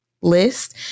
list